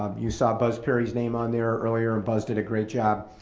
um you saw buzz perry's name on there earlier and buzz did a great job